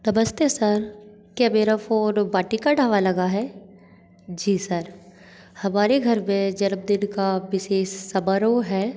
नमस्ते सर क्या मेरा फ़ोन वाटिका ढाबा लगा है जी सर हमारे घर में जन्म दिन का विशेष समारोह है